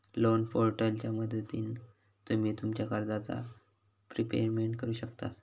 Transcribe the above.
loan पोर्टलच्या मदतीन तुम्ही तुमच्या कर्जाचा प्रिपेमेंट करु शकतास